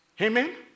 Amen